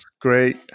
Great